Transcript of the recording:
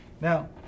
now